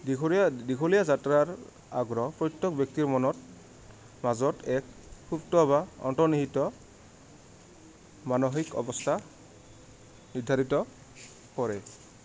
দীঘলীয়া দীঘলীয়া যাত্ৰাৰ আগ্ৰহ প্ৰত্যেক ব্যক্তিৰ মনত মাজত এক সুপ্ত বা অন্তৰ্নিহিত মানসিক অৱস্থা নিৰ্ধাৰিত কৰে